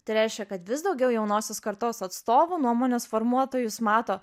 tai reiškia kad vis daugiau jaunosios kartos atstovų nuomonės formuotojus mato